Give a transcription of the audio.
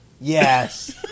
Yes